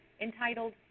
entitled